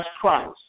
Christ